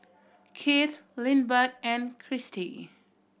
Kieth Lindbergh and Krystle